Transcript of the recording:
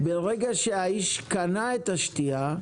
ברגע שהאיש קנה את השתייה,